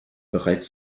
bereits